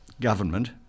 government